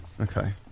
Okay